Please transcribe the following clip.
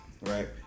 right